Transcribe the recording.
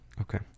Okay